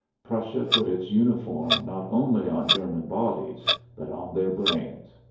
prussia put its uniform not only on german bodies but on their brains.